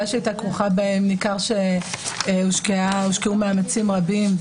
שהיתה כרוכה בהם ניכר שהושקעו מאמצים רבים.